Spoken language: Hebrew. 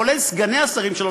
כולל סגני השרים שלו,